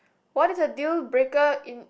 what is a deal breaker in